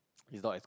it's not as